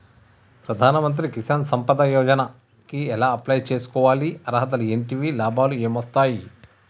ప్రధాన మంత్రి కిసాన్ సంపద యోజన కి ఎలా అప్లయ్ చేసుకోవాలి? అర్హతలు ఏంటివి? లాభాలు ఏమొస్తాయి?